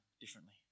differently